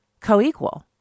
co-equal